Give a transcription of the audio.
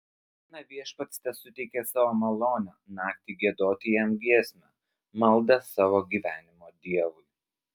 dieną viešpats tesuteikia savo malonę naktį giedoti jam giesmę maldą savo gyvenimo dievui